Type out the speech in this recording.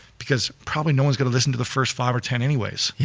because probably no one's going to listen to the first five or ten anyways. yeah